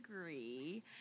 agree